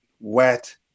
wet